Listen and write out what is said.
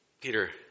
Peter